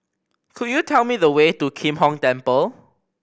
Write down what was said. could you tell me the way to Kim Hong Temple